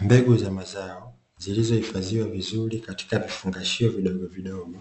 Mbegu za mazao zilizohifadhiwa vizuri katika vifungashio vidogovidogo